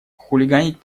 хулиганить